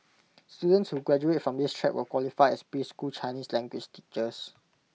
students who graduate from this track will qualify as preschool Chinese language teachers